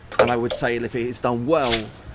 and i would say if it is done well,